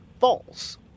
false